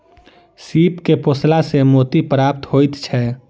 सीप के पोसला सॅ मोती प्राप्त होइत छै